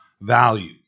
value